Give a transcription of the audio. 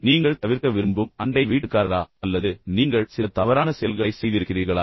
நீங்கள் தவிர்க்க விரும்பும் அண்டை வீட்டுக்காரரா அல்லது நீங்கள் சில தவறான செயல்களைச் செய்திருக்கிறீர்களா